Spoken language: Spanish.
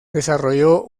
desarrolló